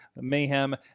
mayhem